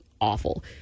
awful